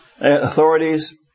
authorities